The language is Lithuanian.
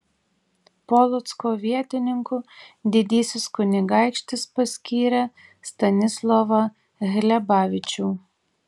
polocko vietininku didysis kunigaikštis paskyrė stanislovą hlebavičių